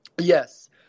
yes